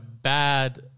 bad